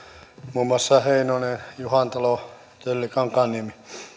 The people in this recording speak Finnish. muun muassa heinonen juhantalo kalli kankaanniemi